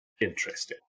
interesting